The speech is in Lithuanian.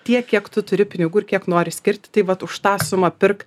tiek kiek tu turi pinigų ir kiek nori skirti tai vat už tą sumą pirk